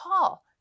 call